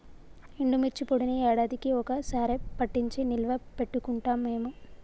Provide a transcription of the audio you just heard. ఎండుమిర్చి పొడిని యాడాదికీ ఒక్క సారె పట్టించి నిల్వ పెట్టుకుంటాం మేము